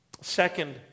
Second